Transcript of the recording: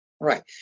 Right